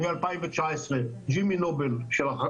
מ-2019 שם החקלאי ג'ימי לובל.